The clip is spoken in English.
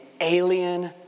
alien